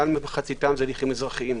מעל ממחציתם הם הליכים אזרחיים.